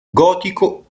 gotico